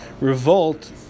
revolt